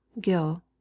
Gill